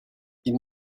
ils